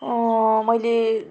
मैले